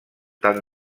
tant